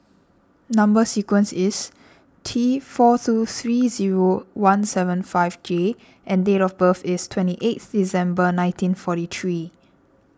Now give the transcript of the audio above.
Number Sequence is T four two three zero one seven five J and date of birth is twenty eighth December nineteen forty three